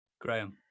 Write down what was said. Graham